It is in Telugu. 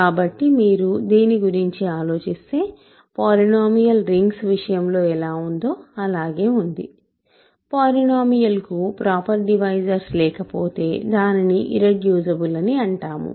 కాబట్టి మీరు దీని గురించి ఆలోచిస్తే పోలీనోమియల్ రింగ్స్ విషయంలో ఎలా ఉందో అలాగే ఉంది పోలీనోమియల్కు ప్రాపర్ డివైజర్స్ లేకపోతే దానిని ఇర్రెడ్యూసిబుల్ అని అంటాము